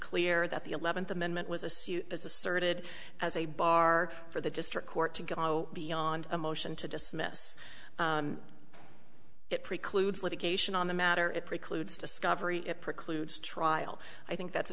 clear that the eleventh amendment was a suit as asserted as a bar for the district court to go beyond a motion to dismiss it precludes litigation on the matter it precludes discovery it precludes trial i think that's a